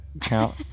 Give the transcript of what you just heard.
count